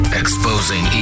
exposing